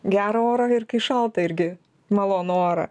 gerą orą ir kai šalta irgi malonų orą